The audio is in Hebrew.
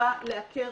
חובה לעקר